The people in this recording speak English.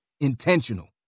Intentional